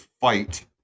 fight